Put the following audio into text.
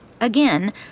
Again